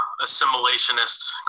assimilationist